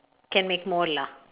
can make more lah